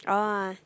oh ah